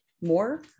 more